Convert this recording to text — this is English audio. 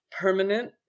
permanent